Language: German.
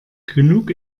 genug